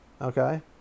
Okay